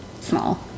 small